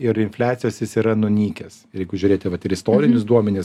ir infliacijos yra nunykęs jeigu žiūrėti vat ir istorinius duomenis